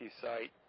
site